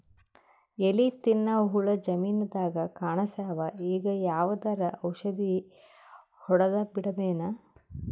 ಎಲಿ ತಿನ್ನ ಹುಳ ಜಮೀನದಾಗ ಕಾಣಸ್ಯಾವ, ಈಗ ಯಾವದರೆ ಔಷಧಿ ಹೋಡದಬಿಡಮೇನ?